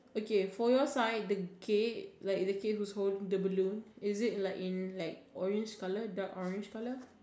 okay for your side the kid like the kid whose holding the balloons is it like in like orange colour dark orange colour